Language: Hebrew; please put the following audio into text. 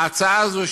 ההצעה הזאת,